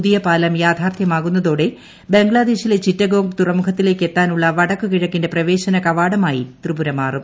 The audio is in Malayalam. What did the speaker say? പുതിയ പാലം യാഥാർത്ഥ്യമാകുന്നതോടെ ബംഗ്ലാദേശിലെ ചിറ്റഗോംഗ് തുറമുഖത്തിലേക്കെത്താനുള്ള വടക്ക് കിഴക്കിന്റെ പ്രവേശന കവാടമായി ത്രിപുര മാറും